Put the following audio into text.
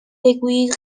بگویید